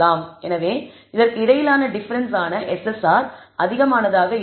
எனவே இதற்கு இடையிலான டிஃபரன்ஸ் ஆன SSR அதிகமானதாக இருக்க வேண்டும்